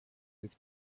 with